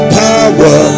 power